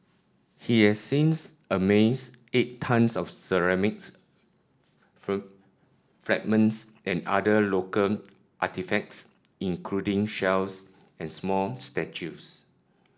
he has since amassed eight tonnes of ceramics fragments and other local artefacts including shells and small statues